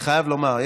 אני חייב לומר,